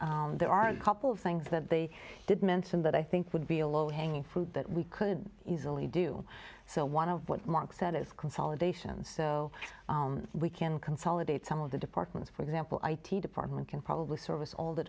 but there are a couple of things that they did mention that i think would be a low hanging fruit that we could easily do so one of what marc said of consolidation so we can consolidate some of the departments for example id department can probably service